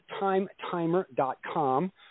timetimer.com